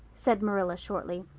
said marilla shortly.